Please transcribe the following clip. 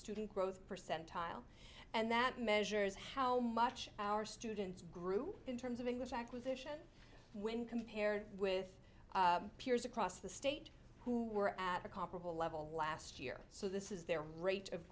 student growth percentile and that measures how much our students grew in terms of english acquisition when compared with peers across the state who were at a comparable level last year so this is their rate of